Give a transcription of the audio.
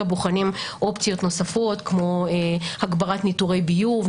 בוחנים אופציות נוספות כמו הגברת ניטורי ביוב,